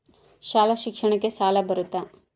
ಶಾಲಾ ಶಿಕ್ಷಣಕ್ಕ ಸಾಲ ಬರುತ್ತಾ?